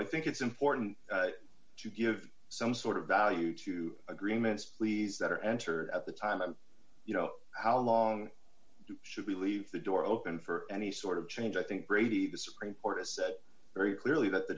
i think it's important to give some sort of value to agreements pleas that are entered at the time of you know how long should we leave the door open for any sort of change i think brady the supreme court has said very clearly that the